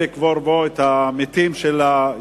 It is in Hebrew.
אפשר לקבור בו את המתים של היישובים.